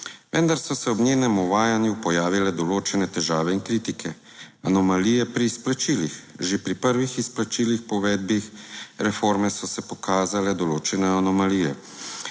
vendar so se ob njenem uvajanju pojavile določene težave in kritike. Anomalije pri izplačilih: že pri prvih izplačilih po uvedbi reforme so se pokazale določene anomalije.